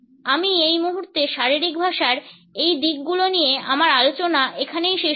আমি এই মুহুর্তে শারীরিক ভাষার এই দিকগুলো নিয়ে আমার আলোচনা এখানেই শেষ করব